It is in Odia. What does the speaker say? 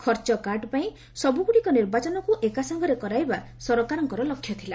ଖର୍ଚ୍ଚ କାଟ୍ ପାଇଁ ସବ୍ରଗ୍ରଡ଼ିକ ନିର୍ବାଚନକ୍ତ ଏକା ସାଙ୍ଗରେ କରାଇବା ସରକାରଙ୍କର ଲକ୍ଷ୍ୟ ଥିଲା